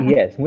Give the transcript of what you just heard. Yes